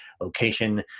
location